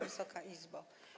Wysoka Izbo!